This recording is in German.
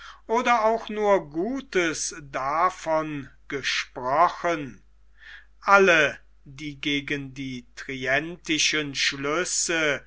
oder auch nur gutes davon gesprochen alle die gegen die trientischen schlüsse